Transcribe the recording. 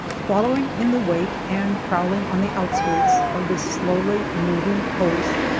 following in the wake and prowling on the outskirts of this slowly moving host,